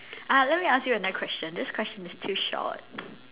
ah let me ask you another question this question is too short